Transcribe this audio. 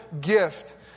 gift